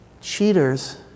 cheaters